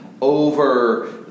over